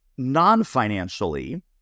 non-financially